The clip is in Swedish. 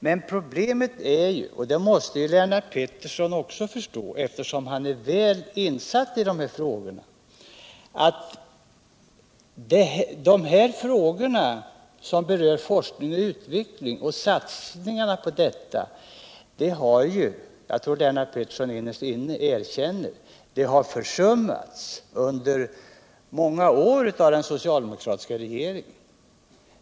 Men problemet är ju — det måste Lennart Pettersson också förstå och erkänna innerst inne, eftersom han är väl insatt i dessa frågor — att detta som berör satsningarna på forskning och utveckling har försummats under många år av den socialdemokratiska regeringen.